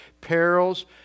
perils